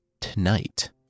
Tonight